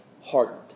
hardened